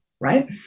Right